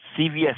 CVS